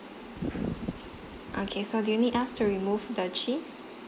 okay so do you need us to remove the cheese